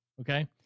Okay